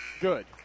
good